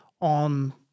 on